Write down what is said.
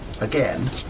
again